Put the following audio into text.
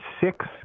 six